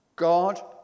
God